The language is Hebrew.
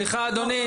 סליחה, אדוני.